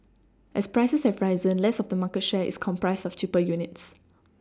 as prices have risen less of the market share is comprised of cheaper units